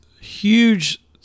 huge